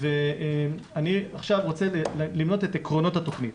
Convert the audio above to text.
אני עכשיו רוצה למנות את עקרונות התוכנית.